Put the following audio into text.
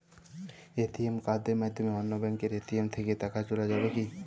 ATM কার্ডের মাধ্যমে অন্য ব্যাঙ্কের এ.টি.এম থেকে টাকা তোলা যাবে কি?